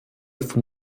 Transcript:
von